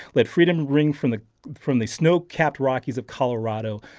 let freedom ring from the from the snow-capped rockies of colorado.